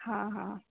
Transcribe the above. हँ हऽ